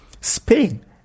Spain